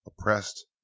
oppressed